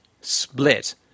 split